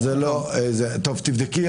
הבנתי.